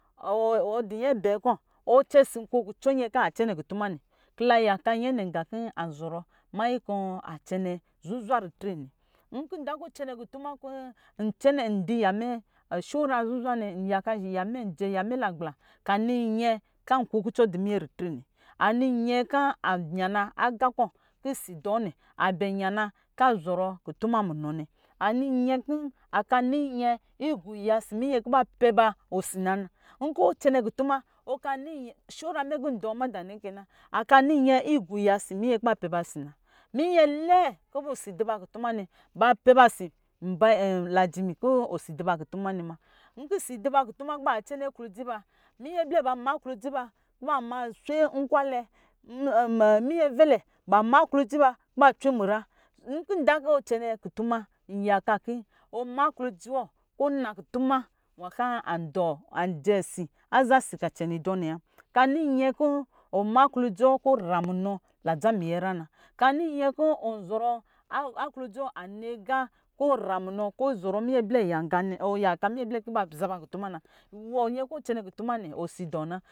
Wɔ di nyɛ bɛɛ akɔ ɔcɛsi oko kucɔn nyɛ kɔ acɛnɛ kutuna nɛ kɔ la yaka yɛnɛ nga kɔ anzɔrɔ manyin kɔ acɛnɛ zuzwa ritre nɛ idankɔ ɔcɛnɛ kutuma kɔ inyaka yamɛ shɔra zuzwa nɛ njɛ yamɛ naqbla ka ni nyɛ ka kukucɔ di minyɛ ritre nɛ ani yɛ ka anya na nqakɔ kɔ si dɔɔ nɛ abɛ yana ka zɔrɔ kutuma munɔ nɛ ani yɛnkɔ akan ni nyɛn kɔ agɔ iya ɔsɔ nyɛ kɔ apɔɔ si na nɛ nkɔ cɛnɛ kutuma shɔra mɛ kɔ ndɔ mada nɛkɛ na aka ni nyɛ kɔ angɔ iya ɔsɔ yɛ kɔ apɔɔ si nanɛ miyɛ lɛɛ kɔ osi du ba kutuma nɛ ba pɛ ba osi najimi kɔ osi dɔ ba kutuma ne ma. Nki si di ba kutuma kɔ ba cɛnɛ aklodzi minyɛ bla ma aklodzi ba kɔ ba ma swenkwalɛ, miyɛvɛvɛ ba ma aklodzi ba kɔ ba ma acwe mini yinyra nkɔ cɛnɛ kutuma nyaka kɔ ɔma aklodzi wɔ kɔ ɔ na kutuma nwa kɔ ajɛ aza si kɔ acɛnɛ adɔ nɛwa kani yɛakɔ ɔma aklodzi wɔ kɔ ramunɔ na dza munu kan ni yɛnkɔ ɔma aklodzi wɔ kɔ ɔzɔrɔ minyɛ blɛ yanga munɔ na wɔ nyɛkɔ ɔ cɛnɛ kutuma nɛ osi dɔ na.